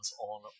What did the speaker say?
on